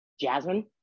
jasmine